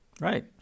Right